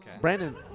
Brandon